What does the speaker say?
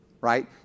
right